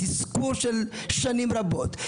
תסכול של שנים רבות,